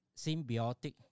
symbiotic